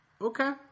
Okay